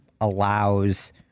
allows